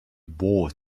bored